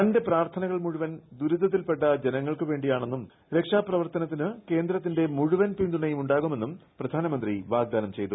തന്റെ പ്രാർത്ഥനകൾ മുഴുവൻ ദ്രീരിത്തിൽ പെട്ട ജനങ്ങൾക്കു വേണ്ടി ആണെന്നും രക്ഷാപ്രവർത്തുനത്തിന് കേന്ദ്രത്തിന്റെ മുഴുവൻ പിന്തുണയും ഉണ്ടാകുമെന്നു് പ്ര്യാനമന്ത്രി വാഗ്ദാനം ചെയ്തു